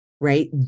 right